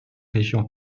régions